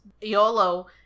YOLO